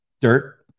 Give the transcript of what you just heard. dirt